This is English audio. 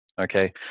Okay